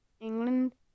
England